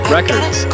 Records